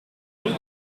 gloed